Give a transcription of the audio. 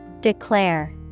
Declare